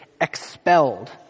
expelled